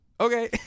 okay